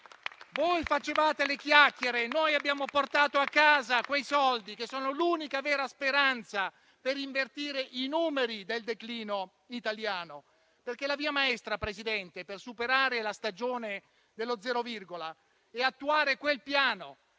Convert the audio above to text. Voi facevate le chiacchiere e noi abbiamo portato a casa quei soldi, che sono l'unica vera speranza per invertire i numeri del declino italiano. La via maestra per superare la stagione dello zero virgola è attuare quel piano